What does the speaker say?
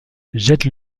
jette